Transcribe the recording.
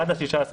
עד ה-16 באוגוסט.